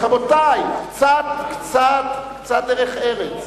רבותי, קצת-קצת דרך ארץ.